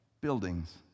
buildings